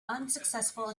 unsuccessful